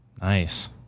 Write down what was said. Nice